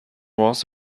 was